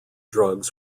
drugs